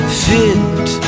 fit